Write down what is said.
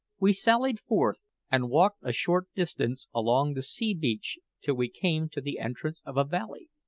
we sallied forth and walked a short distance along the sea-beach till we came to the entrance of a valley,